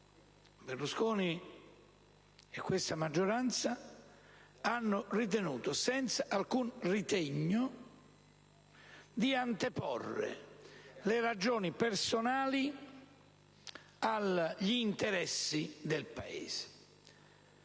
Berlusconi e questa maggioranza hanno ritenuto, senza alcun ritegno, di anteporre le ragioni personali agli interessi del Paese.